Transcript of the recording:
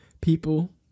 people